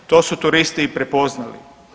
To su turisti i prepoznali.